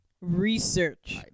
Research